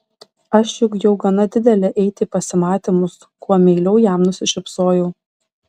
aš juk jau gana didelė eiti į pasimatymus kuo meiliau jam nusišypsojau